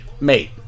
mate